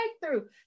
breakthrough